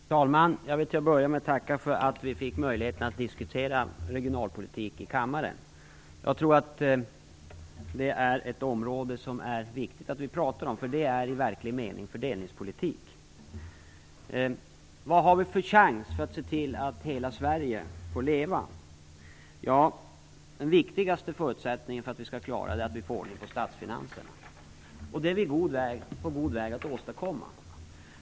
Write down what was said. Herr talman! Jag vill till att börja med tacka för att vi fick möjlighet att diskutera regionalpolitik i kammaren. Jag tror att det är ett område som det är viktigt att vi pratar om, för det är i verklig mening fördelningspolitik. Vad har vi för chans att se till att hela Sverige får leva? Ja, den viktigaste förutsättningen är att vi får ordning på statsfinanserna, och det är vi på god väg att åstadkomma.